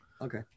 Okay